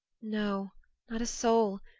no not a soul.